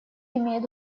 имеет